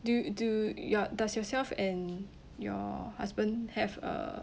do you do your does yourself and your husband have uh